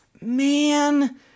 man